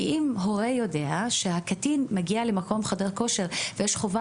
כי אם הורה יודע שהקטין מגיע לחדר כושר ויש חובה